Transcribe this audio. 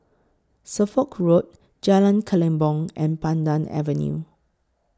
Suffolk Road Jalan Kelempong and Pandan Avenue